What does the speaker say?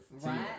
Right